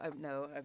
no